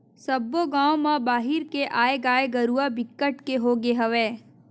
सब्बो गाँव म बाहिर के आए गाय गरूवा बिकट के होगे हवय